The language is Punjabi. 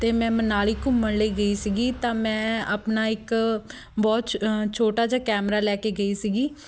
ਅਤੇ ਮੈਂ ਮਨਾਲੀ ਘੁੰਮਣ ਲਈ ਗਈ ਸੀਗੀ ਤਾਂ ਮੈਂ ਆਪਣਾ ਇੱਕ ਬਹੁਤ ਛ ਛੋਟਾ ਜਿਹਾ ਕੈਮਰਾ ਲੈ ਕੇ ਗਈ ਸੀਗੀ